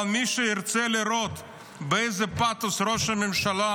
אבל מי שירצה לראות באיזה פאתוס ראש הממשלה